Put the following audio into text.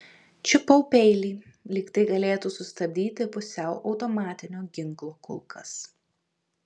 čiupau peilį lyg tai galėtų sustabdyti pusiau automatinio ginklo kulkas